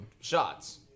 Shots